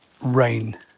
rain